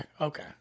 okay